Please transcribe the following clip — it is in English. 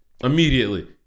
Immediately